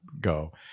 go